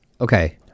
Okay